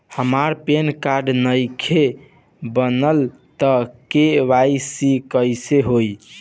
हमार PAN card नईखे बनल त के.वाइ.सी कइसे होई?